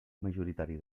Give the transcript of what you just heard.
majoritari